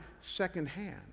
secondhand